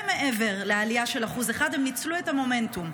מעבר לעלייה של 1%. הן ניצלו את המומנטום.